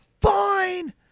fine